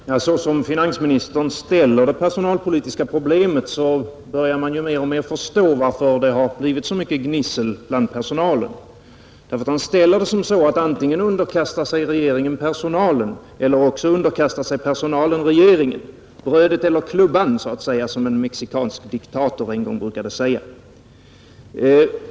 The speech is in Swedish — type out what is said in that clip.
Fru talman! Så som finansministern ställer det personalpolitiska problemet börjar man mer och mer förstå, varför det har blivit så mycket gnissel bland personalen, Han framställer det så, att antingen underkastar sig regeringen personalen, eller också underkastar sig personalen regeringen — ”brödet eller klubban”, som en mexikansk diktator en gång brukade säga.